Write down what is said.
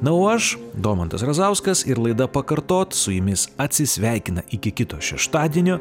na o aš domantas razauskas ir laida pakartot su jumis atsisveikina iki kito šeštadienio